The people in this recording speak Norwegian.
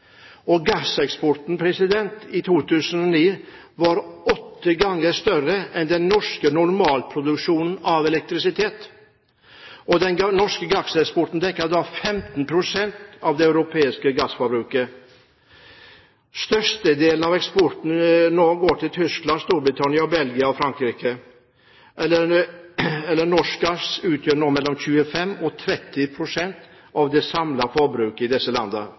Gasseksporten i 2009 var åtte ganger så stor som den norske normalproduksjonen av elektrisitet. Den norske gasseksporten dekker da 15 pst. av det europeiske gassforbruket. Størstedelen av eksporten vår går til Tyskland, Storbritannia, Belgia og Frankrike; norsk gass utgjør nå mellom 25 og 35 pst. av det samlede forbruket i disse